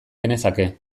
genezake